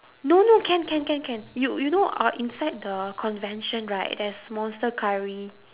no no can can can can you you know uh inside the convention right there's monster-curry